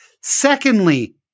Secondly